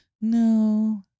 No